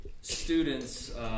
students